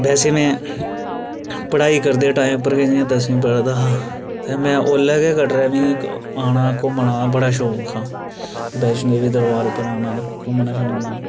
वैसे में पढ़ाई करदे टाइम उप्पर गै जियां दसमीं पढ़ा दा हा ते मैं औल्लै गै कटरा मिगी आना घुमना बड़ा शौक हा वैष्णो देवी दरबार उप्पर आना घुमना शूमना